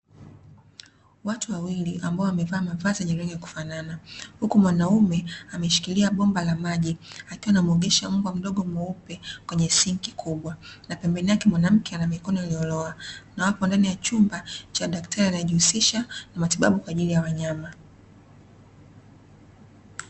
Watu wawili ambao wamevaa mavazi yenye rangi ya kufanana, huku mwanaume ameshikilia bomba la maji akiwa anamuogesha mbwa mdogo mweupe kwenye sinki kubwa, na pembeni yake kuna mwanamke mwenye mikono iliyoloa, na wapo ndani ya chumba cha daktari anayejihusisha na matibabu kwa ajili ya wanyama.